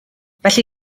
felly